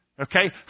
okay